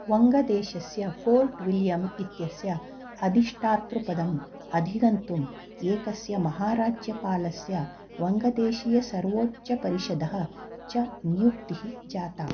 वङ्गदेशस्य Fort William इत्यस्य अधिष्ठातृपदम् अधिगन्तुम् एकस्य महाराज्यपालस्य वङ्गदेशीयसर्वोच्चपरिषदः च नियुक्तिः जाता